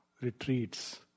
retreats